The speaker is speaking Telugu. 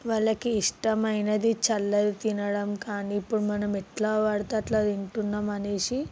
వాళ్ళకి ఇష్టమైనది చల్లది తినడం కానీ ఇప్పుడు మనమెట్లా పడితే అట్లా తింటున్నాము అనేసి